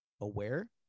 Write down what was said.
aware